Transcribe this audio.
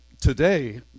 today